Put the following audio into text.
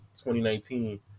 2019